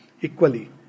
equally